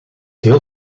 heel